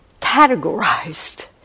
categorized